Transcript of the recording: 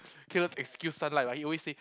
Caleb's excuse sunlight like he always say